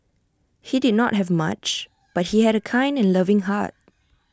he did not have much but he had A kind and loving heart